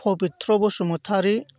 Pabitra Basumatary